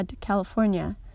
California